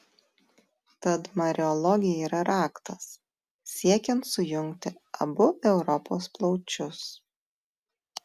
tad mariologija yra raktas siekiant sujungti abu europos plaučius